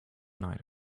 night